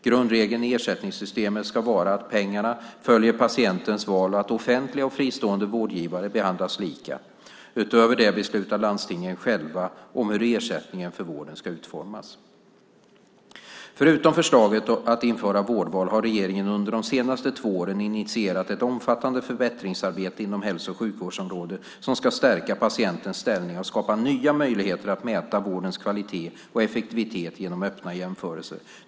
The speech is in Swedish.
Grundregeln i ersättningssystemet ska vara att pengarna följer patientens val och att offentliga och fristående vårdgivare behandlas lika. Utöver det beslutar landstingen själva om hur ersättningen för vården ska utformas. Förutom förslaget att införa vårdval har regeringen under de senaste två åren initierat ett omfattande förbättringsarbete inom hälso och sjukvårdsområdet som ska stärka patientens ställning och skapa nya möjligheter att mäta vårdens kvalitet och effektivitet genom öppna jämförelser.